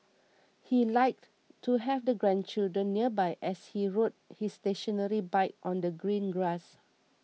he liked to have the grandchildren nearby as he rode his stationary bike on the green grass